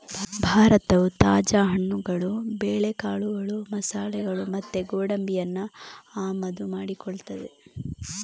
ಭಾರತವು ತಾಜಾ ಹಣ್ಣುಗಳು, ಬೇಳೆಕಾಳುಗಳು, ಮಸಾಲೆಗಳು ಮತ್ತೆ ಗೋಡಂಬಿಯನ್ನ ಆಮದು ಮಾಡಿಕೊಳ್ತದೆ